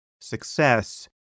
success